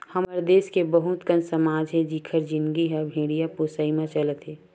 हमर देस के बहुत कन समाज हे जिखर जिनगी ह भेड़िया पोसई म चलत हे